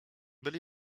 byli